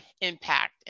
impact